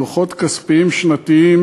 דוחות כספיים שנתיים